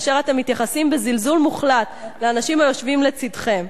כאשר אתם מתייחסים בזלזול מוחלט לאנשים היושבים לצדכם.